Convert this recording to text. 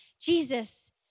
Jesus